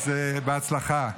אז בהצלחה.